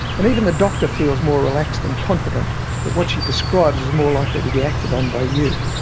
and even the doctor feels more relaxed and confident that what she prescribes is more likely to be acted on by you.